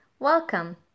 Welcome